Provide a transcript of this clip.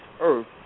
earth